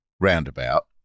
roundabout